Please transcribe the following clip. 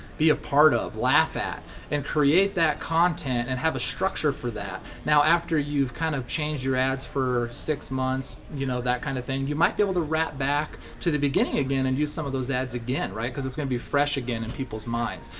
be a part of, laugh at and create that content and have a structure for that. now after you've kind of changed your ads for six months, you know, that kind of thing, you might be able to wrap back to the beginning again and do some of those ads again, cause its gonna be fresh again in people's minds,